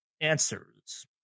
answers